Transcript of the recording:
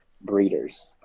breeders